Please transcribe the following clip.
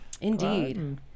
Indeed